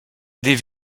des